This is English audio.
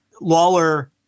Lawler